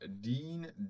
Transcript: Dean